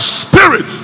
spirit